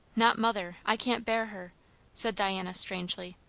not mother. i can't bear her said diana strangely.